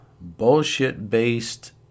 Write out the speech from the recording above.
bullshit-based